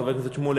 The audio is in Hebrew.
חבר הכנסת שמולי,